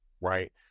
right